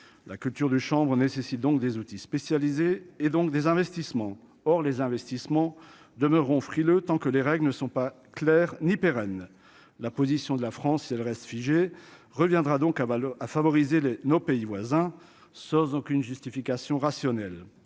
la culture de chambre nécessite donc des outils spécialisés et donc des investissements, or les investissements demeureront frileux, tant que les règles ne sont pas clairs ni pérenne la position de la France, elle reste figé reviendra donc à Val à favoriser les nos pays voisins, sans aucune justification rationnelle,